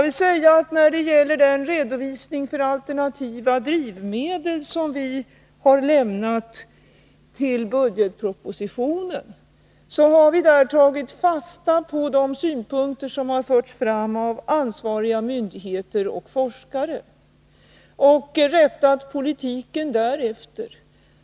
I den redovisning av alternativa drivmedel som vi har lämnat i budgetpropositionen har vi tagit fasta på de synpunkter som har förts fram av ansvariga myndigheter och forskare och rättat politiken därefter.